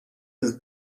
his